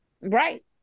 Right